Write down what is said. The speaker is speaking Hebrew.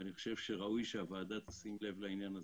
אני חושב שראוי שהוועדה תשים לב לעניין הזה.